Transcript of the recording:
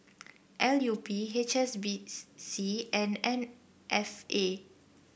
L U P H S B C and M F A